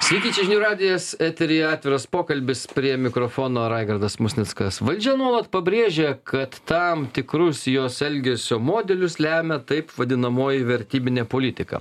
sveiki čia žinių radijas eteryje atviras pokalbis prie mikrofono raigardas musnickas valdžia nuolat pabrėžia kad tam tikrus jos elgesio modelius lemia taip vadinamoji vertybinė politika